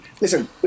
Listen